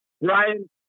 Ryan